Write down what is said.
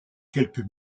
quelques